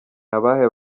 abahe